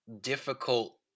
difficult